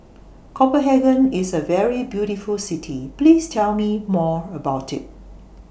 Copenhagen IS A very beautiful City Please Tell Me More about IT